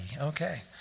Okay